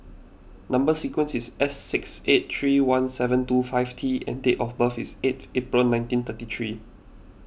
Number Sequence is S six eight three one seven two five T and date of birth is eight April nineteen thirty three